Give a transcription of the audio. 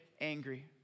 angry